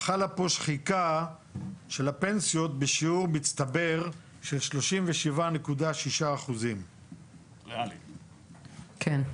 חלה פה שחיקה של הפנסיות בשיעור מצטבר של 37.6%. כן,